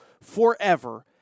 forever